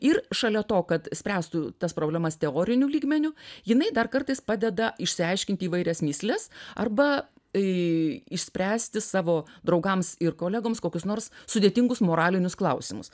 ir šalia to kad spręstų tas problemas teoriniu lygmeniu jinai dar kartais padeda išsiaiškinti įvairias mįsles arba e išspręsti savo draugams ir kolegoms kokius nors sudėtingus moralinius klausimus